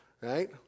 Right